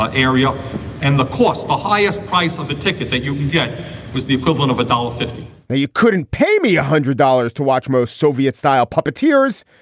ah ariel and the costs. the highest price of the ticket that you get was the equivalent of a dollar fifty that you couldn't pay me one ah hundred dollars to watch most soviet style puppeteers.